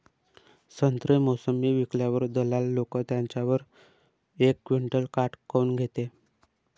संत्रे, मोसंबी विकल्यावर दलाल लोकं त्याच्यावर एक क्विंटल काट काऊन घेते?